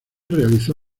realizó